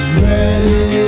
ready